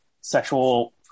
sexual